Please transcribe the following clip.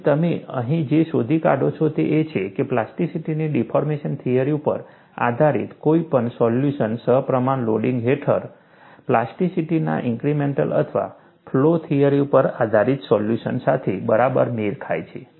અને તમે અહીં જે શોધી કાઢો છો તે એ છે કે પ્લાસ્ટિસિટીની ડિફોર્મેશન થિયરી ઉપર આધારિત કોઈ પણ સોલ્યુશન સપ્રમાણ લોડિંગ હેઠળ પ્લાસ્ટિસિટીના ઇન્ક્રીમેન્ટલ અથવા ફ્લો થિયરી ઉપર આધારિત સોલ્યુશન સાથે બરાબર મેળ ખાય છે